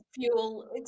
fuel